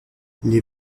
les